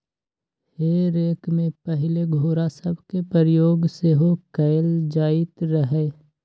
हे रेक में पहिले घोरा सभके प्रयोग सेहो कएल जाइत रहै